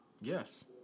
Yes